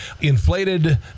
inflated